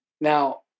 Now